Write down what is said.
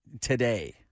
today